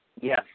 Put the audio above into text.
Yes